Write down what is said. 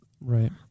Right